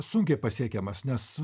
sunkiai pasiekiamas nes